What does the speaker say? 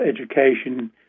education